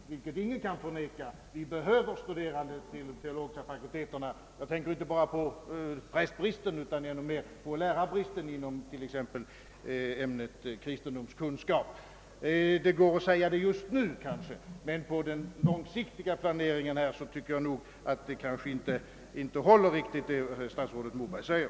Ingen kan förneka, att vi behöver studerande vid de teologiska fakulteterna. Jag tänker inte bara på prästbristen utan ännu mer på lärarbristen i ämnet kristendomskunskap. Just nu går det att resonera som statsrådet gör, men på lång sikt tror jag inte, att statsrådets resonemang håller.